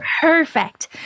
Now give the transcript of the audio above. perfect